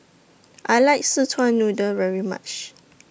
I like Szechuan Noodle very much